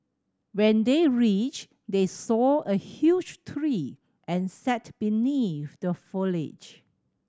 when they reached they saw a huge tree and sat beneath the foliage